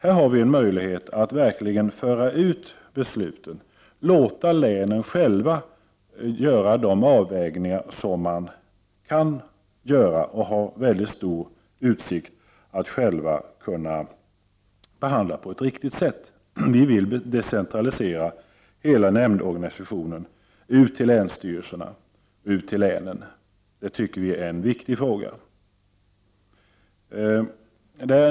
Vi har här en möjlighet att verkligen föra ut besluten och låta länen själva göra de avvägningar de vill göra och som de har en mycket god utsikt att kunna behandla på ett riktigt sätt. Vi vill decentralisera hela nämndorganisationen ut till länsstyrelserna och länen. Vi anser att detta är en viktig fråga.